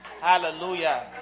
hallelujah